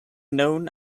known